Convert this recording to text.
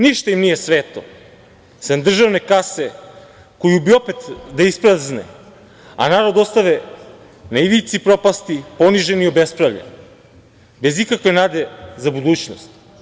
Ništa im nije sveto, sem državne kase koju bi opet da isprazne, a narod ostane na ivici propasti, poniženi i obespravljeni, bez ikakve nade za budućnost.